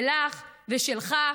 שלך ושלך.